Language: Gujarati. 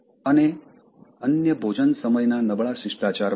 અને અન્ય ભોજન સમયનાં નબળા શિષ્ટાચાર વગેરે